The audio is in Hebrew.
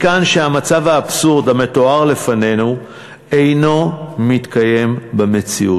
מכאן שהמצב האבסורדי המתואר לפנינו אינו מתקיים במציאות.